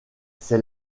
ces